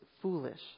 Foolish